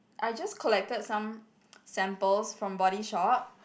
I just collected some samples from Body Shop